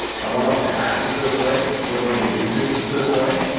i want us to act a certain way. we're going to do things a certain way.